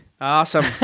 Awesome